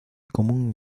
común